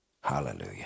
Hallelujah